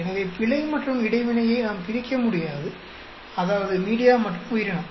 எனவே பிழை மற்றும் இடைவினையை நாம் பிரிக்க முடியாது அதாவது மீடியா மற்றும் உயிரினம்